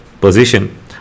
position